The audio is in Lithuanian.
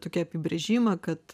tokį apibrėžimą kad